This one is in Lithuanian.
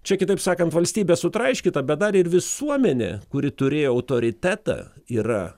čia kitaip sakant valstybė sutraiškyta bet dar ir visuomenė kuri turėjo autoritetą yra